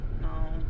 No